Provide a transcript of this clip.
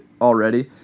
Already